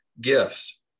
gifts